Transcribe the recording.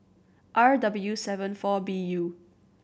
R W seven four B U